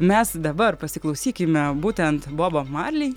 mes dabar pasiklausykime būtent bobo marli